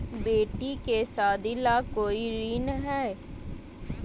बेटी के सादी ला कोई ऋण हई?